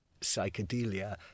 psychedelia